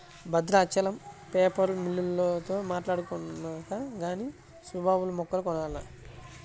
Bhadrachalam paper మిల్లోల్లతో మాట్టాడుకొన్నాక గానీ సుబాబుల్ మొక్కలు కొనాల